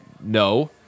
no